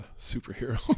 superhero